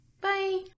Bye